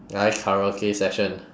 来 karaoke session